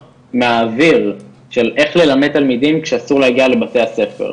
מהאוויר של איך ללמד תלמידים כשאסור להגיע לבתי הספר,